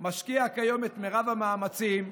משקיע כיום את מרב המאמצים,